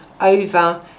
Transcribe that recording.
over